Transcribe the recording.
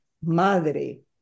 madre